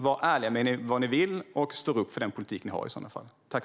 Var ärliga med vad ni vill, och stå upp för den politik ni har!